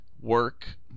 work